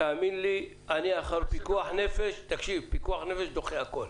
תאמין לי, פיקוח נפש דוחה הכול.